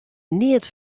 neat